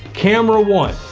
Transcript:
camera one.